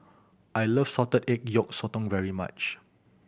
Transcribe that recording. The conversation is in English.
I like salted egg yolk sotong very much